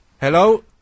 Hello